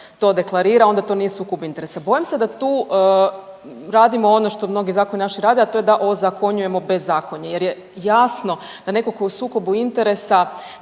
to deklarira onda to nije sukob interesa. Bojim se da tu radimo ono što mnogi naši zakoni rade, a to je da ozakonjujemo bezakonje jer je jasno da netko tko je u sukobu interesa